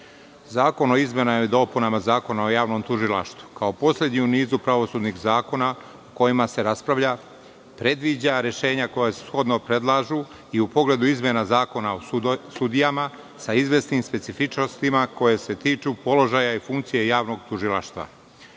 Zakon o izmenama i dopunama Zakona o javnom tužilaštvu, kao poslednji u nizu pravosudnih zakona o kojima se raspravlja, predviđa rešenja koja shodno predlažu i u pogledu izmena Zakona o sudijama, sa izvesnim specifičnostima, koje se tiču položaja i funkcije javnog tužilaštva. Kao